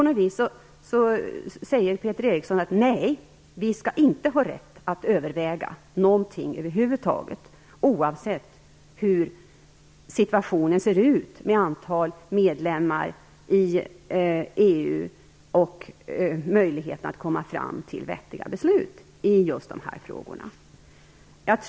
Peter Eriksson säger att vi inte skall ha rätt att överväga någonting över huvud taget, oavsett hur situationen ser ut vad beträffar antal medlemmar i EU och möjligheter att komma fram till vettiga beslut i just dessa frågor.